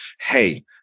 hey